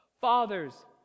Fathers